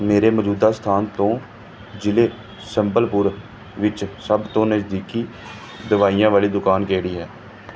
ਮੇਰੇ ਮੌਜੂਦਾ ਸਥਾਨ ਤੋਂ ਜ਼ਿਲ੍ਹੇ ਸੰਬਲਪੁਰ ਵਿੱਚ ਸਭ ਤੋਂ ਨਜ਼ਦੀਕੀ ਦਵਾਈਆਂ ਵਾਲੀ ਦੁਕਾਨ ਕਿਹੜੀ ਹੈ